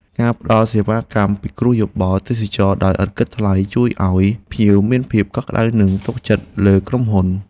ការផ្តល់សេវាកម្មពិគ្រោះយោបល់ទេសចរណ៍ដោយឥតគិតថ្លៃ ជួយឱ្យភ្ញៀវមានភាពកក់ក្តៅនិងទុកចិត្តលើក្រុមហ៊ុន។